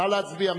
נא להצביע.